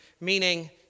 meaning